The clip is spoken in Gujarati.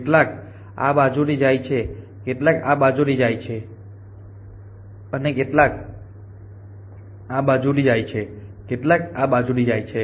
કેટલાક આ બાજુથી જાય છે કેટલાક આ બાજુથી જાય છે કેટલાક આ બાજુથી જાય છે કેટલાક આ બાજુથી જાય છે